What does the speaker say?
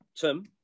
Tim